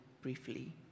briefly